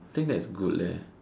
same as good leh